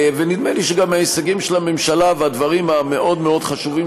ונדמה לי שגם ההישגים של הממשלה והדברים המאוד-מאוד חשובים